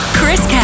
Chris